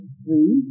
three